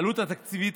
העלות התקציבית